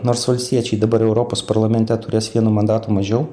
nors valstiečiai dabar europos parlamente turės vienu mandatu mažiau